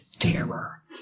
terror